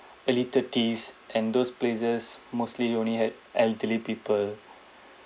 early thirties and those places mostly only had elderly people